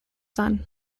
son